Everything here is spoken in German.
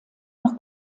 noch